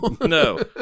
No